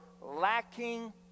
lacking